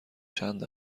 چند